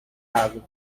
água